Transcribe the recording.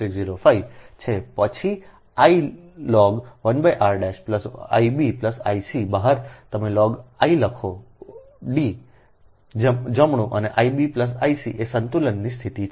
4605 છે પછી I log 1 r Ib Ic બહાર તમે લોગ 1 લખો D જમણું અને Ib Ic એ સંતુલનની સ્થિતિ છે